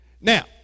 Now